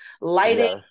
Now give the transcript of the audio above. lighting